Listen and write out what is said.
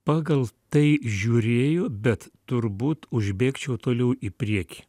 pagal tai žiūrėjo bet turbūt užbėgčiau toliau į priekį